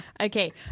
Okay